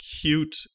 cute